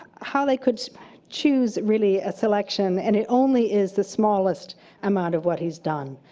how they could choose, really, a selection, and it only is the smallest amount of what he's done.